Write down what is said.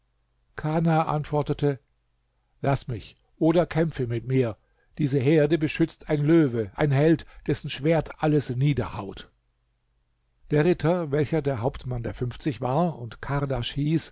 kana antwortete laß mich oder kämpfe mit mir diese herde beschützt ein löwe ein held dessen schwert alles niederhaut der ritter welcher der hauptmann der fünfzig war und